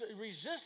resist